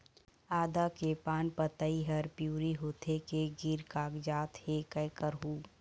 आदा के पान पतई हर पिवरी होथे के गिर कागजात हे, कै करहूं?